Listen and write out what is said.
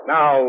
Now